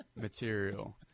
material